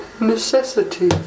necessity